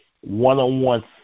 one-on-one